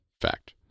Fact